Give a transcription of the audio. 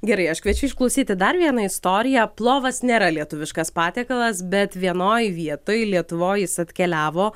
gerai aš kviečiu išklausyti dar vieną istoriją plovas nėra lietuviškas patiekalas bet vienoj vietoj lietuvoj jis atkeliavo